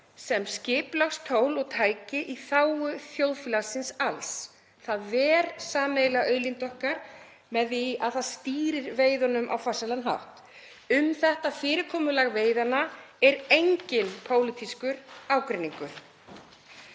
sem skipulagstól og tæki í þágu þjóðfélagsins alls. Það ver sameiginlega auðlind okkar með því að það stýrir veiðunum á farsælan hátt. Um þetta fyrirkomulag veiðanna er enginn pólitískur ágreiningur.